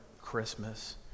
Christmas